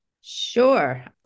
Sure